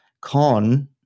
con